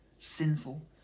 Sinful